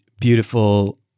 beautiful